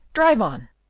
drive on!